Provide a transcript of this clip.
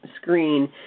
screen